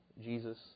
Jesus